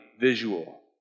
visual